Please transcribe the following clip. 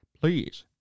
Please